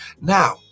Now